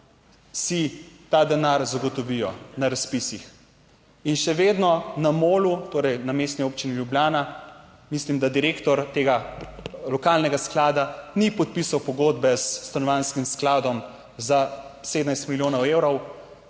si ta denar zagotovijo na razpisih. In še vedno na Molu, torej na Mestni občini Ljubljana, mislim, da direktor tega lokalnega sklada ni podpisal pogodbe s Stanovanjskim skladom za 17 milijonov evrov,